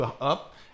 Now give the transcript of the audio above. up